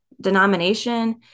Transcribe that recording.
denomination